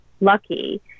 lucky